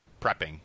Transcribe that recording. prepping